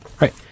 Right